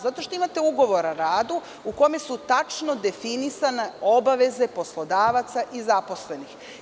Zato što imate ugovor o radu, u kojem su tačno definisane obaveze poslodavaca i zaposlenih.